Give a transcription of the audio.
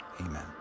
Amen